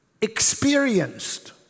experienced